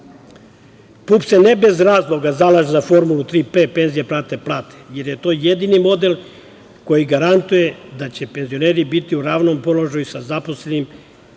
PUPS se ne bez razloga zalaže za formulu „Tri P“ (penzije prate plate), jer je to jedini model koji garantuje da će penzioneri biti u ravnom položaju sa zaposlenim